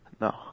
no